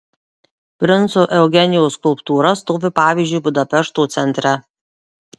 princo eugenijaus skulptūra stovi pavyzdžiui budapešto centre